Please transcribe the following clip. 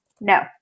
No